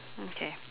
mm K